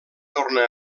torna